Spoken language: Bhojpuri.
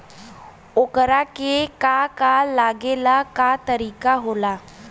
ओकरा के का का लागे ला का तरीका होला?